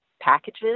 packages